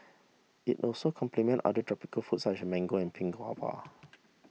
it also complement other tropical fruit such as mango and pink guava